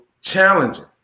challenging